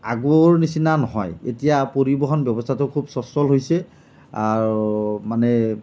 আগৰ নিচিনা নহয় এতিয়া পৰিবহণ ব্যৱস্থাটো খুব স্বচ্ছল হৈছে আৰু মানে